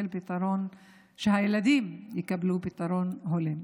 כדי שהילדים יקבלו פתרון הולם.